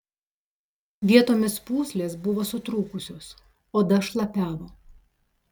vietomis pūslės buvo sutrūkusios oda šlapiavo